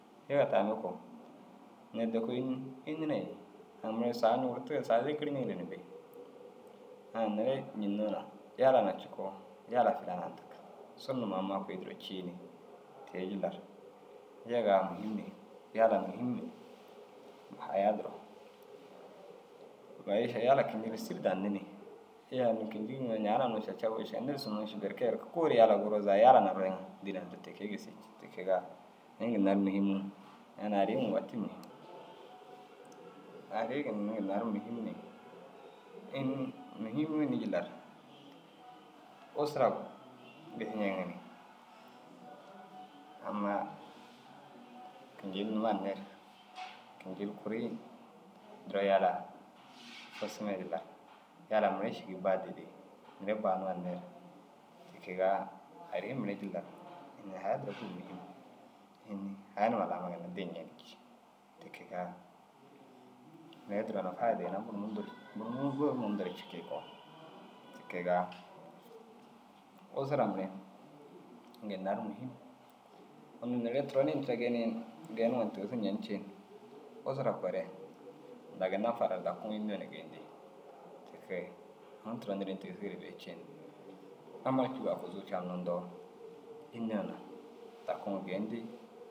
Yege tamme koo nedde koo in înni na aŋ mire saga ñugurtigire saga zêker ñiŋire na bêyi. Ai neere ñênnoo na yala naa cikoo yala filanaa indig. Suru numa ammaa kûi duro cii ni te- i jillar. Yegaa a muhim ni yalaa muhim ni haya duro. Mayiiša yala kiñi ru sîri danni ni. Hey ai unnu kîñjigi ŋa ñaana cacawii ciŋa nêfsi huma ši berke ai re kee kuu ru yala guuroo zaga yala hunaa royiŋa dînaa duro ti kee gisii cii. Te kegaa ini ginna ru muhimuu ñaana arii muugaa te muhim. Arii ginna inda ru muhim ni, înni? Muhimuu înni jillar? Usra gisu ñenigi ni amma kiñil numa hinne ru kiñil kuri duro yala fusumeere dagum. Yalaa mire šîgi bal didii neere banumaa hinne ru. Ti kegaa arii mire jillar ini haya duro buru muhim. Înni? Haya numa lauma ginna diiñenig. Ti kegaa mire u duro na fayida ini buru mundu ru mundu ru cikii koo. Ti kegaa usura mire ginna ru muhim. Unnu neere turonii ini tira geenii geeniŋo na tigisu ñenni ciin, usura koo re ninda ginna fora dakuŋoo înni yoo na geendii. Ti kee aŋ turon di ru ini tigisigire bêyi ciin, amma cûu akuzuu caanudoo înni yoo na dakuŋo geendii.